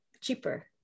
cheaper